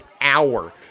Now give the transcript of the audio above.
hour